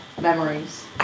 memories